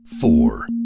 four